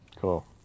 Cool